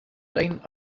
lane